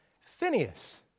Phineas